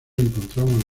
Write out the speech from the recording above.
encontramos